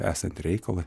esant reikalui